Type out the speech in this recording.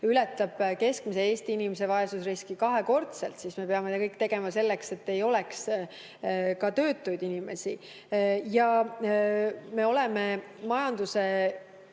ületab keskmise Eesti inimese vaesusriski kaks korda, siis me peame tegema kõik selleks, et ei oleks töötuid inimesi. Me oleme majanduse